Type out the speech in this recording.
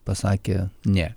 pasakė ne